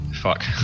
fuck